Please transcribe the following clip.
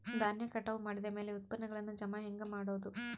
ಧಾನ್ಯ ಕಟಾವು ಮಾಡಿದ ಮ್ಯಾಲೆ ಉತ್ಪನ್ನಗಳನ್ನು ಜಮಾ ಹೆಂಗ ಮಾಡೋದು?